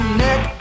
neck